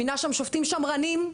מינה שם שופטים שמרנים,